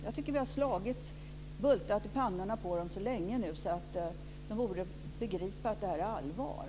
Jag tycker att vi har slagits för detta och bultat i pannorna på dem så länge nu att de borde begripa att det är allvar.